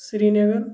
Srinagar